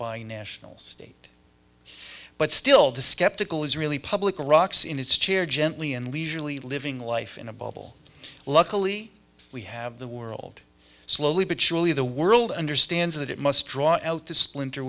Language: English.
binational state but still the skeptical israeli public rocks in its chair gently and leisure living life in a bubble luckily we have the world slowly but surely the world understands that it must draw out the splinter